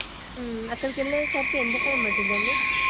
అక్కడకి వెళ్ళేసరికి ఎంత టైం పడుతుందండి